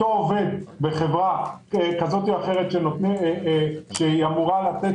עובד בחברה כזאת או אחרת שאמורה לתת